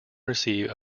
receive